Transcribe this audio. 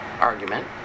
argument